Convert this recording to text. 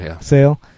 sale